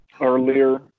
earlier